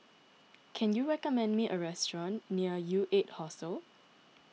can you recommend me a restaurant near U eight Hostel